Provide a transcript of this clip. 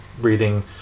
reading